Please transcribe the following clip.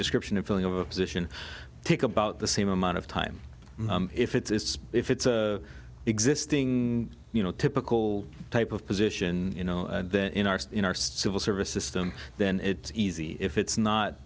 description and feeling of a position take about the same amount of time if it's if it's an existing you know typical type of position you know in our in our civil service system then it's easy if it's